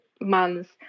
months